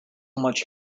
much